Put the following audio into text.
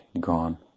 gone